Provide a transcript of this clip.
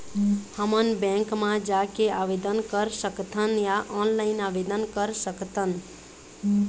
हमन बैंक मा जाके आवेदन कर सकथन या ऑनलाइन आवेदन कर सकथन?